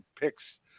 picks